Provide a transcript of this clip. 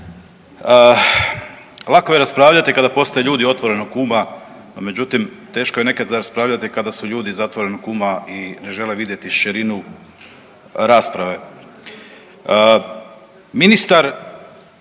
Lako je raspravljati kada postoje ljudi otvorenoga uma, međutim teško je nekada raspravljati kada su ljudi zatvorenog uma i ne žele vidjeti širinu rasprave.